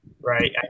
right